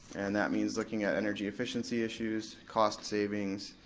and that means looking at energy efficiency issues, cost savings,